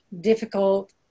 difficult